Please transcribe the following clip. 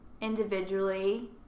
individually